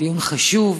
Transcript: דיון חשוב.